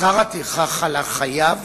שכר הטרחה חל על חייב